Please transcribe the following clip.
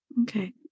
okay